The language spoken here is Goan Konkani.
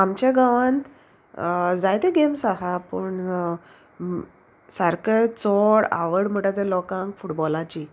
आमच्या गांवांत जायते गेम्स आहा पूण सारके चोड आवड म्हणटा ते लोकांक फुटबॉलाची